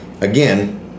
again